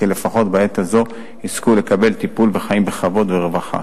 לפחות בעת הזאת יזכו לקבל טיפול וחיים בכבוד ורווחה.